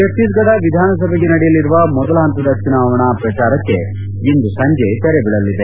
ಛತ್ತೀಸಗಢ ವಿಧಾನಸಭೆಗೆ ನಡೆಯಲಿರುವ ಮೊದಲ ಪಂತದ ಚುನಾವಣೆ ಪ್ರಚಾರಕ್ಕೆ ಇಂದು ಸಂಜೆ ತೆರೆ ಬೀಳಲಿದೆ